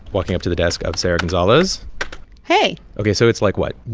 walking up to the desk of sarah gonzalez hey ok, so it's, like what?